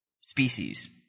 species